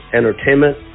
entertainment